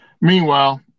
Meanwhile